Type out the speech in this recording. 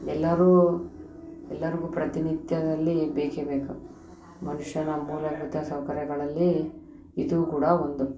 ಎಲ್ಲರೂ ಎಲ್ಲರ್ಗೂ ಪ್ರತಿನಿತ್ಯದಲ್ಲಿ ಬೇಕೇ ಬೇಕು ಮನುಷ್ಯನ ಮೂಲಭೂತ ಸೌಕರ್ಯಗಳಲ್ಲಿ ಇದೂ ಕೂಡ ಒಂದು